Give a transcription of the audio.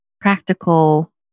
practical